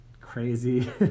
crazy